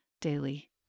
daily